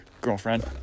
girlfriend